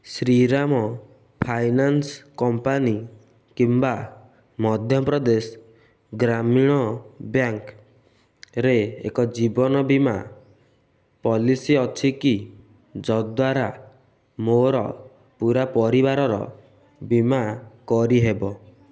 Shriram finance company କିମ୍ବା ମଧ୍ୟପ୍ରଦେଶ ଗ୍ରାମୀଣ bank ରେ ଏକ ଜୀବନ ବୀମା ପଲିସି ଅଛିକି ଯଦ୍ଵାରା ମୋର ପୂରା ପରିବାରର ବୀମା କରିହେବ